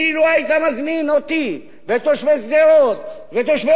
אילו היית מזמין אותי ואת תושבי שדרות ותושבי